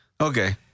okay